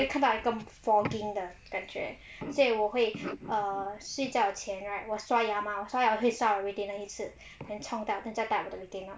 then 看到一个 fogging 的 texture 所以我会 err 睡觉前 right 我刷牙吗我刷牙会刷我的 retainer 一次 then 冲掉再带我的 retainer